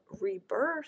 rebirth